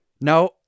no